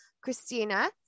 christina